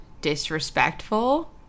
disrespectful